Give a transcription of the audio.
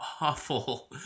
awful